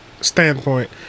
standpoint